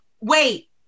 Wait